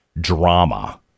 drama